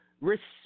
respect